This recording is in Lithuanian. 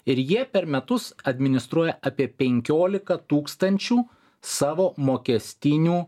ir jie per metus administruoja apie penkiolika tūkstančių savo mokestinių